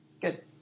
Good